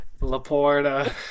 Laporta